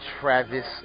Travis